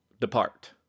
depart